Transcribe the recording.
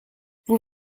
vous